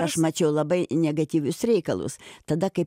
aš mačiau labai negatyvius reikalus tada kai